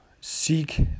seek